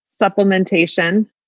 Supplementation